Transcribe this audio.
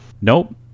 Nope